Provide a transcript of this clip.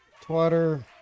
Twitter